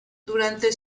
durante